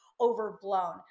overblown